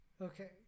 Okay